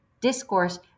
discourse